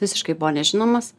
visiškai buvo nežinomas